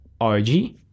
RG